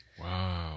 Wow